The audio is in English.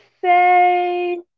say